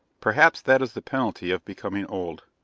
perhaps that is the penalty of becoming old.